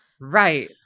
Right